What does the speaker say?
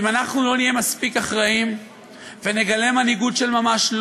ואם אנחנו לא נהיה מספיק אחראיים ולא נגלה מנהיגות של ממש,